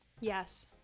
Yes